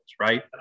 Right